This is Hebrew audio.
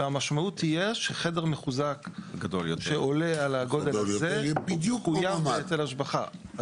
והמשמעות תהיה שחדר מחוזק שעולה על הגודל הזה יחויב בהיטל השבחה.